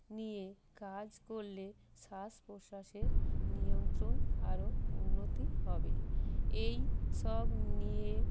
নিয়ে কাজ করলে শ্বাস প্রশ্বাসের নিয়ন্ত্রণ আরো উন্নত হবে এই সব নিয়ে